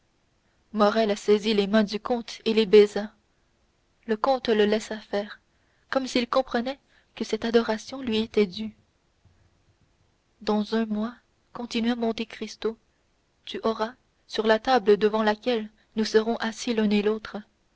morrel saisit les mains du comte et les baisa le comte le laissa faire comme s'il comprenait que cette adoration lui était due dans un mois continua monte cristo tu auras sur la table devant laquelle nous serons assis l'un et l'autre